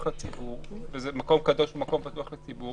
לציבור ומקום קדוש הוא מקום פתוח לציבור